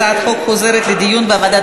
הצעת החוק חוזרת לדיון בוועדת